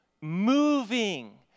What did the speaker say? moving